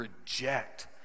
reject